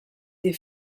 des